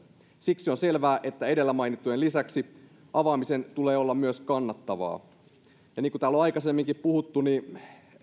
siksi on selvää että edellä mainitun lisäksi avaamisen tulee olla myös kannattavaa niin kuin täällä on aikaisemminkin puhuttu